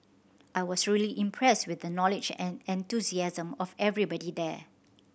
I was really impressed with the knowledge and enthusiasm of everybody there